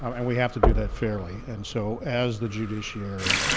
um and we have to do that fairly and so as the judiciary,